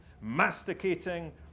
masticating